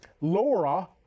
Laura